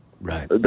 Right